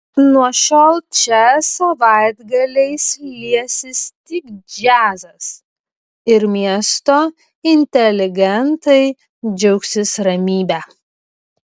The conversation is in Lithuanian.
nuo šiol čia savaitgaliais liesis tik džiazas ir miesto inteligentai džiaugsis ramybe